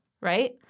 right